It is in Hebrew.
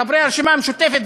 חברי הרשימה המשותפת,